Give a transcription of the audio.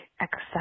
accept